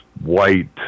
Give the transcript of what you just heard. white